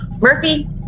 Murphy